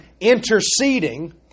interceding